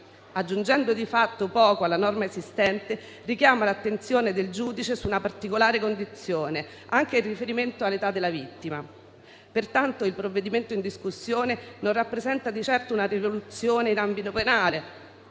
aggiungendo di fatto poco alla norma esistente, richiama l'attenzione del giudice su una particolare condizione, anche in riferimento all'età della vittima. Il provvedimento in discussione non rappresenta di certo una rivoluzione in ambito penale,